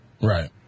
Right